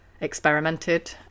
experimented